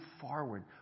forward